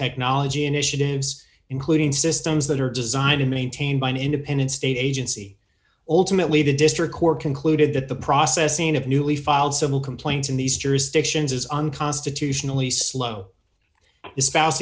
technology initiatives including systems that are designed and maintained by an independent state agency ultimately the district court concluded that the processing of newly filed civil complaint in these jurisdictions is unconstitutionally slow espous